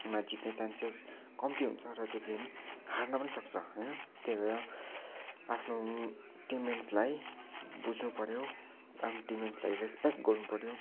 मा जित्ने चान्सेस कम्ती हुन्छ र त्यो गेम हार्न पनि सक्छ होइन त्यही भएर आफ्नो टिममेट्सलाई बुझ्नु पऱ्यो आफ्नो टिम्मेट्सलाई रेसपेक्ट गर्न पऱ्यो